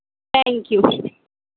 thank you